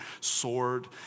sword